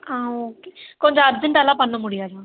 ஆ okay கொஞ்சம் அர்ஜெண்ட்டாகலாம் பண்ண முடியாதா